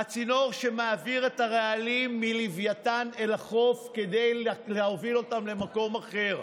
הצינור שמעביר את הרעלים מלווייתן אל החוף כדי להוביל אותם למקום אחר,